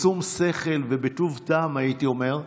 בשום שכל ובטוב טעם, הייתי אומר,